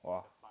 !wah!